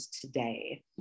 today